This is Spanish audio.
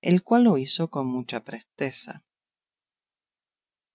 el cual lo hizo con mucha presteza